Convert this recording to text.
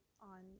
on